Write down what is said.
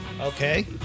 Okay